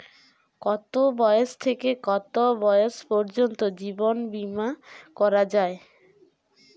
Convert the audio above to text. কতো বয়স থেকে কত বয়স পর্যন্ত জীবন বিমা করা যায়?